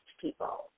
people